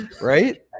right